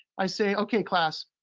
i say, okay class,